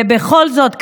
ובכל זאת,